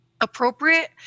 appropriate